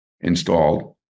installed